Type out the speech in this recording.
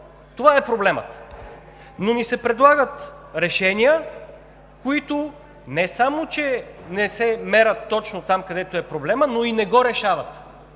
това е проблемът. Предлагат ни се решения, които не само че не се мерят точно там, където е проблемът, но и не го решават.